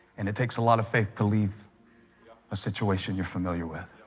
and it takes a lot of faith to leave a situation you're familiar with